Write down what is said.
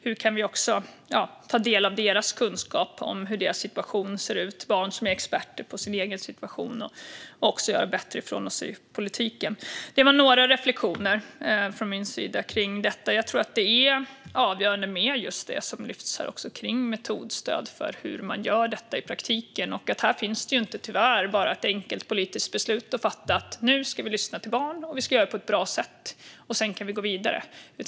Hur kan vi ta del av deras kunskap om hur deras situation ser ut? Barn är ju experter på sin egen situation. Så kan vi också göra bättre ifrån oss i politiken. Det var några reflektioner från min sida kring detta. Jag tror att det är avgörande med det som lyfts här med metodstöd för hur man gör detta i praktiken. Här finns det tyvärr inte bara ett enkelt politiskt beslut att fatta om att vi nu ska lyssna till barn och göra det på ett bra sätt, och sedan kan vi gå vidare.